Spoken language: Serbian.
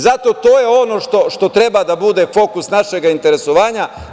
Zato je to ono što treba da bude fokus našeg interesovanja.